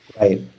right